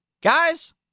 Guys